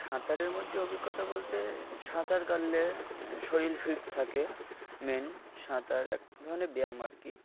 সাঁতারের মধ্যে অভিজ্ঞতা বলতে সাঁতার কাটলে শরীর ফিট থাকে মেইন সাঁতার এক ধরনের ব্যায়াম আর কি